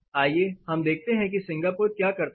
आइए हम देखते हैं कि सिंगापुर क्या करता है